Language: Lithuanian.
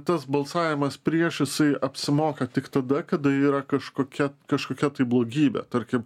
tas balsavimas prieš jisai apsimoka tik tada kada yra kažkokia kažkokia tai blogybė tarkim